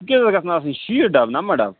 cookies حظ گَژھن آسٕنۍ شیٖتھ ڈبہٕ نمتھ ڈبہٕ